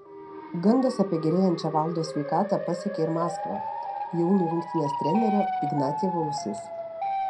gandas apie gerėjančią valdo sveikatą pasiekė ir maskvą jaunių rinktinės trenerio ignatjevo ausis